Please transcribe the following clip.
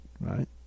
right